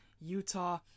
Utah